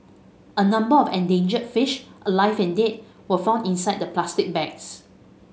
a number of endangered fish alive and dead were found inside the plastic bags